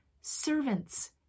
servants